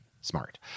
smart